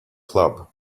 club